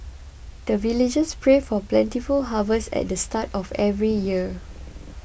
the villagers pray for plentiful harvest at the start of every year